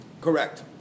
Correct